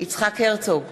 יצחק הרצוג,